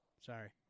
Sorry